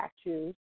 statues